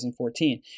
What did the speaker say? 2014